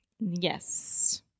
Yes